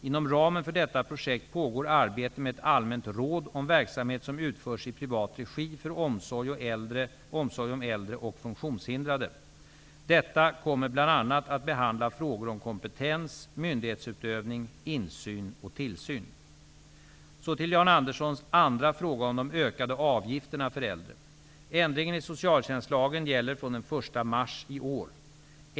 Inom ramen för detta projekt pågår arbete med ett allmänt råd om verksamhet som utförs i privat regi för omsorg om äldre och funktionshindrade. Detta kommer bl.a. att behandla frågor om kompetens, myndighetsutövning, insyn och tillsyn. Så till Jan Anderssons andra fråga om de ökade avgifterna för äldre. Ändringen i socialtjänstlagen gäller från den 1 mars i år.